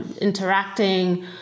interacting